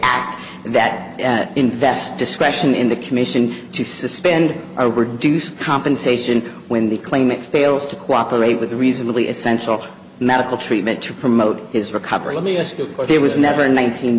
act that invest discretion in the commission to suspend or reduce compensation when the claimant fails to cooperate with a reasonably essential medical treatment to promote his recovery let me ask you why there was never a nineteen